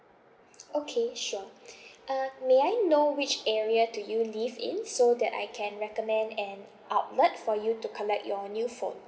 okay sure uh may I know which area do you live in so that I can recommend an outlet for you to collect your new phone